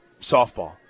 softball